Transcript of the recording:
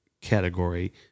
category